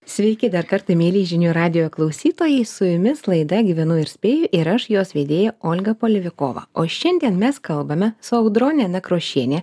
sveiki dar kartą mieli žinių radijo klausytojai su jumis laida gyvenu ir spėju ir aš jos vedėja olga polevikova o šiandien mes kalbame su audrone nekrošienė